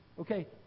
Okay